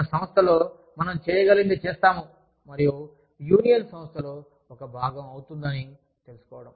మన సంస్థలో మనం చేయగలిగినది చేస్తాము మరియు యూనియన్ సంస్థలో ఒక భాగం అవుతుందని తెలుసుకోవడం